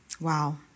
Wow